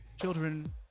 children